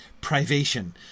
Privation